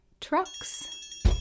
trucks